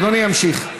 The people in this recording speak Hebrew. אדוני ימשיך.